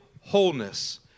wholeness